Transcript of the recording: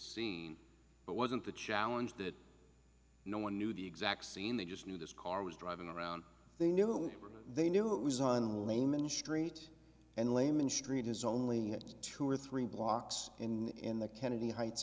see but wasn't the challenge that no one knew the exact scene they just knew this car was driving around they knew and they knew it was on laman street and laman street is only two or three blocks in the kennedy heights